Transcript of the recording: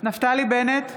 נפתלי בנט,